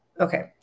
okay